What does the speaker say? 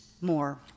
more